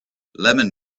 lemon